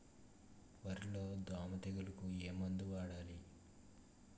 వరిలో దోమ తెగులుకు ఏమందు వాడాలి?